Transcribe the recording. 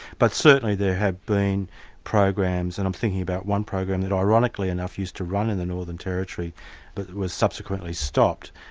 but certainly there have been programs, and i'm thinking about one program that ironically enough used to run in the northern territory, but was subsequently stopped,